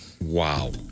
Wow